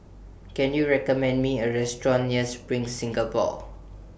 Can YOU recommend Me A Restaurant near SPRING Singapore